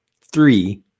three